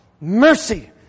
mercy